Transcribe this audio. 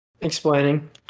explaining